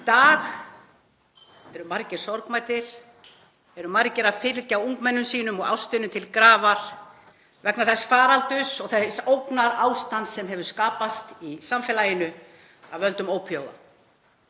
Í dag eru margir sorgmæddir, margir að fylgja ungmennum sínum og ástvinum til grafar vegna þess faraldurs og þess ógnarástands sem hefur skapast í samfélaginu af völdum ópíóíða.